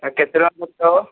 ଭାଇ କେତେଟଙ୍କା ଖର୍ଚ୍ଚ ହେବ